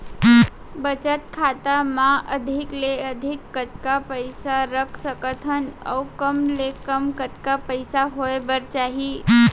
बचत खाता मा अधिक ले अधिक कतका पइसा रख सकथन अऊ कम ले कम कतका पइसा होय बर चाही?